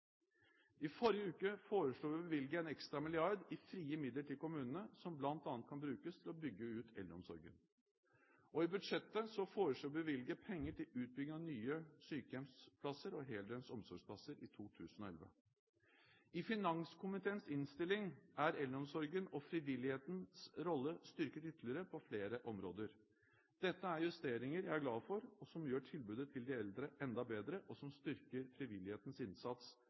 I forrige uke foreslo vi å bevilge en ekstra milliard i frie midler til kommunene, som bl.a. kan brukes til å bygge ut eldreomsorgen. I budsjettet foreslår vi å bevilge penger til utbygging av nye sykehjemsplasser og heldøgns omsorgsplasser i 2011. I finanskomiteens innstilling er eldreomsorgen og frivillighetens rolle styrket ytterligere på flere områder. Dette er justeringer jeg er glad for, og som gjør tilbudet til de eldre enda bedre og styrker frivillighetens innsats